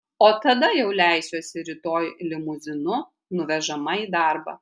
o tada jau leisiuosi rytoj limuzinu nuvežama į darbą